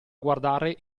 guardare